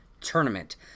tournament